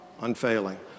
Unfailing